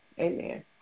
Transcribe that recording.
Amen